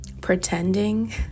pretending